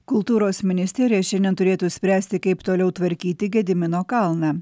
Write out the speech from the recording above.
kultūros ministerija šiandien turėtų spręsti kaip toliau tvarkyti gedimino kalną